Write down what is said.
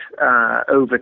over